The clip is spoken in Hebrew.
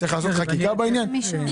צריך לעשות חקיקה בעניין הזה?